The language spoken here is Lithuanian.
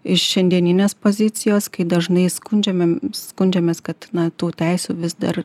iš šiandieninės pozicijos kai dažnai skundžiamėm skundžiamės kad na tų teisių vis dar